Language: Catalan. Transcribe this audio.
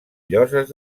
lloses